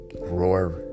roar